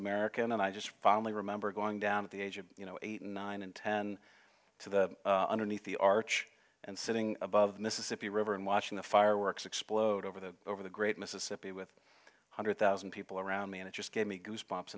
american and i just finally remember going down at the age of you know eight and nine and ten to the underneath the arch and sitting above the mississippi river and watching the fireworks explode over the over the great mississippi with hundred thousand people around me and it just gave me goosebumps